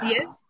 Yes